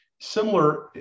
similar